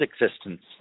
existence